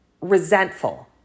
resentful